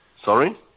Sorry